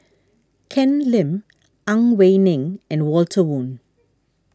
Ken Lim Ang Wei Neng and Walter Woon